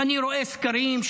ואני רואה סקרים,